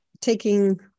taking